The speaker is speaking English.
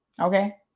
okay